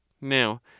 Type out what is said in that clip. Now